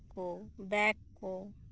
ᱠᱚ ᱵᱮᱜ ᱠᱚ